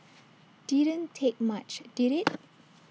didn't take much did IT